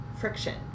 friction